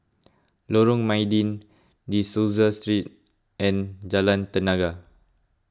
Lorong Mydin De Souza Street and Jalan Tenaga